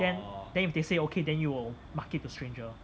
then then they say okay then you will market to strangers